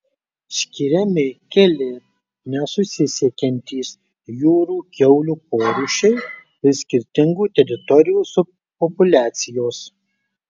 skiriami keli nesusisiekiantys jūrų kiaulių porūšiai ir skirtingų teritorijų subpopuliacijos